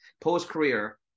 post-career